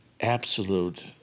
absolute